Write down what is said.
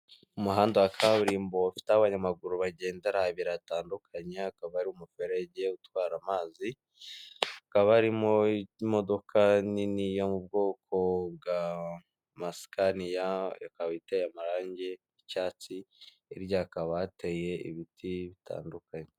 Umuhanda wa kaburimbo ufite aho abanyamaguru bagendera, bitandukanye hakaba hari umuferagi utwara amazi hakaba harimo imodoka nini yo mu bwoko bw'amasikaniya ikaba iteye amarangi y'icyatsiryakaba hateye ibiti bitandukanye.